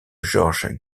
georges